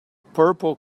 purple